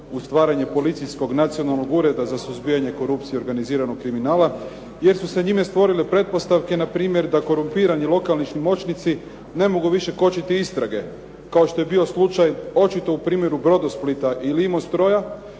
uz stvaranje Policijskog nacionalnog ureda za suzbijanje korupcije i organiziranog kriminala, jer su se njime stvorile pretpostavke npr. da korumpirani lokalni moćnici ne mogu više kočiti istrage kao što je bio slučaj očito u primjeru "Brodosplita" i "Imostroja"